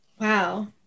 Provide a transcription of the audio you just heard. Wow